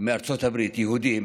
מארצות הברית, יהודים,